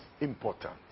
important